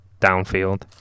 downfield